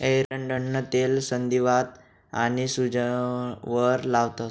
एरंडनं तेल संधीवात आनी सूजवर लावतंस